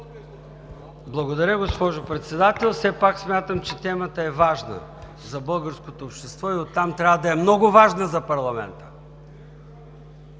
Благодаря, госпожо Председател. Все пак смятам, че темата е важна за българското общество и оттам трябва да е много важна за парламента,